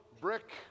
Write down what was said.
brick